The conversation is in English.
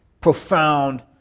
profound